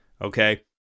okay